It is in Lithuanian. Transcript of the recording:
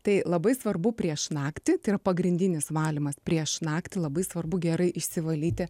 tai labai svarbu prieš naktį tai yra pagrindinis valymas prieš naktį labai svarbu gerai išsivalyti